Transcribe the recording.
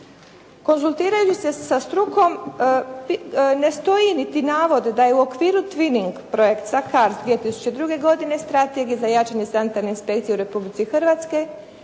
Konzultirati se sa strukom, ne stoji niti navod da je u okviru twinning projekta CARDS 2002. godine strategija za jačanje sanitarne inspekcije u Republici Hrvatskoj